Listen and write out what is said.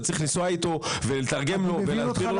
אתה צריך לנסוע איתו ולתרגם לו ולהסביר לו.